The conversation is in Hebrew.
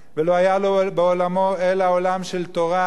ולא היה בעולמו אלא עולם של תורה,